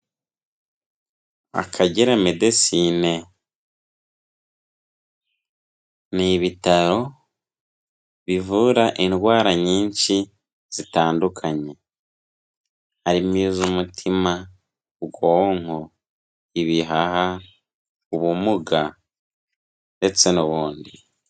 Akagera Medecine ni ibitaro bivura indwara nyinshi zitandukanye harimo iz'umutima, ubwonko, ibihaha, ubumuga ndetse n'ubundi.